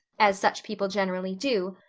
as such people generally do,